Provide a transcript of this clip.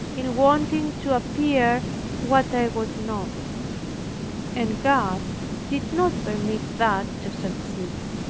in wanting to appear what i was not and god did not permit that to succeed.